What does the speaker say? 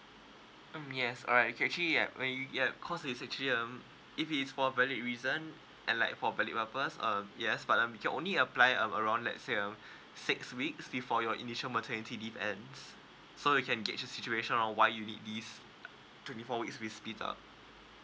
mm yes alright you can actually at when you at cause it's actually um if it's for a valid reason and like for valid purpose um yes but um you can only apply um around let say uh six weeks before your initial maternity leave ends so you can get the situation on why you need this twenty four weeks with split up